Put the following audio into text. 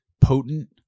potent